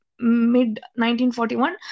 mid-1941